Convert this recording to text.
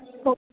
ਓ